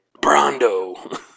Brando